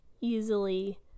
easily